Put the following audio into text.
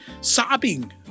sobbing